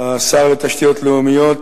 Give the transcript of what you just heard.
שר התשתיות הלאומיות,